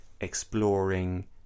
exploring